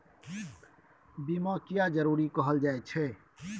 बीमा किये जरूरी कहल जाय छै?